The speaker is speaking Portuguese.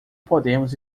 podemos